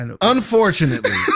unfortunately